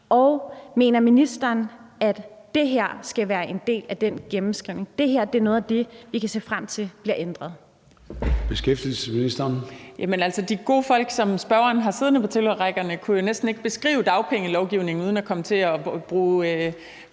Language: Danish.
Og mener ministeren, at det her skal være en del af den gennemskrivning, og at det her er noget af det, vi kan se frem til bliver ændret?